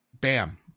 Bam